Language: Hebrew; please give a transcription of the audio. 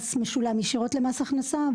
המס משולם ישירות למס הכנסה,